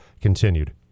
continued